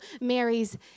Marys